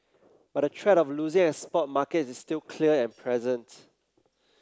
but the threat of losing export markets is still clear and present